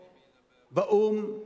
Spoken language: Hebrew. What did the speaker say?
באו"ם,